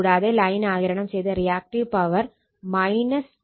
കൂടാതെ ലൈൻ ആഗിരണം ചെയ്ത റിയാക്ടീവ് പവർ 278